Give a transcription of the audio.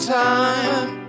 time